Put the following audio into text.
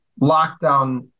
lockdown